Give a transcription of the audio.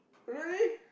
really